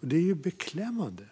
Detta är beklämmande